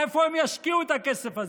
איפה הם ישקיעו את הכסף הזה?